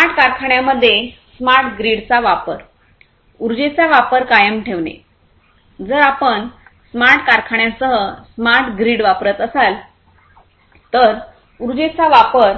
smart कारखान्यांमध्ये smart ग्रीडचा वापर उर्जेचा वापर कायम ठेवणे जर आपण स्मार्ट कारखान्यांसह स्मार्ट ग्रीड वापरत असाल तर उर्जेचा वापर